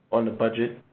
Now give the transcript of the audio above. on the budget,